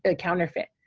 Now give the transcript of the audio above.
ah counterfeit,